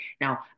Now